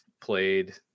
played